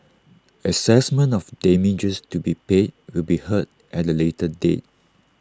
Assessment of damages to be paid will be heard at A later date